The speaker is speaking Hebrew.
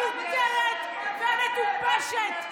מיותרת ומטופשת?